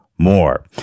more